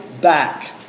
back